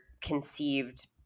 conceived